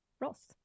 Ross